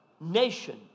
nation